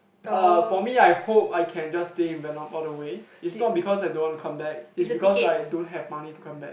uh for me I hope I can just stay in Vietnam all the way is not because I don't want to come back is because I don't have money to come back